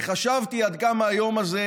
וחשבתי עד כמה היום הזה,